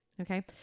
Okay